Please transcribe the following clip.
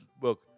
book